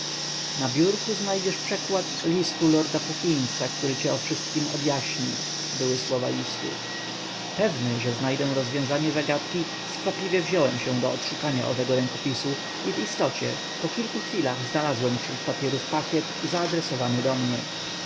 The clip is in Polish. na biurku znajdziesz przekład listu lorda puckinsa który cię o wszystkiem objaśni były słowa listu pewny że znajdę rozwiązanie zagadki skwapliwie wziąłem się do odszukania owego rękopisu i wistocie po kilku chwilach znalazłem wśród papierów pakiet zaadresowany do mnie